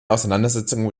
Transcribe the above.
auseinandersetzungen